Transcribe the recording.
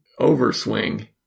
overswing